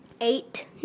Eight